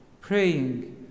praying